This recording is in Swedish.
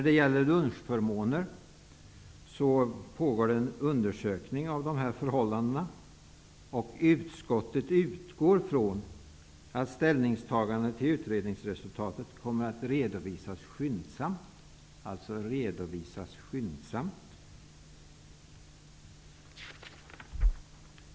Beträffande lunchförmåner pågår en undersökning. Utskottet utgår från att ställningstagandet i fråga om utredningsresultatet kommer att redovisas skyndsamt, alltså redovisas skyndsamt.